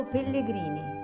Pellegrini